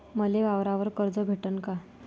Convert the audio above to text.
मले वावरावर कर्ज भेटन का?